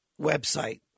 website